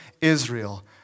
Israel